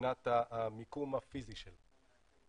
מבחינת המיקום הפיזי שלה.